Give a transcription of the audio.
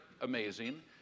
amazing